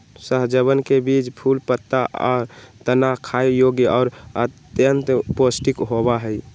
सहजनवन के बीज, फूल, पत्ता, और तना खाय योग्य और अत्यंत पौष्टिक होबा हई